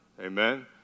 Amen